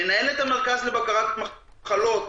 מנהלת המרכז לבקרת מחלות,